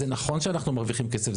עכשיו, זה נכון שאנחנו מרוויחים כסף.